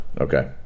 Okay